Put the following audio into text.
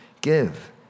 Give